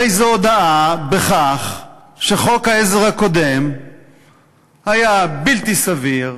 הרי זו הודאה בכך שחוק העזר הקודם היה בלתי סביר,